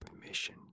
permission